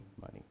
money